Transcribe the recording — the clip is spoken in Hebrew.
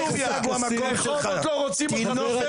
ברחובות לא רוצים אותך.